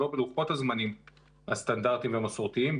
אנחנו לא בלוחות הזמנים הסטנדרטיים והמסורתיים,